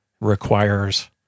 requires